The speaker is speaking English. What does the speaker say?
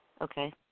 Okay